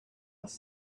was